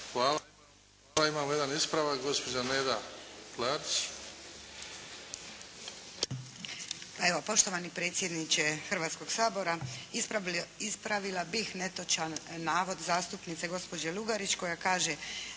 Hvala. Imamo jedan ispravak gospođa Neda Klarić.